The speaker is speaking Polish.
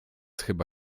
chyba